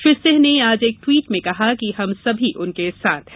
श्री सिंह ने आज एक टवीट में कहा कि हम सभी उनके साथ हैं